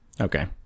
Okay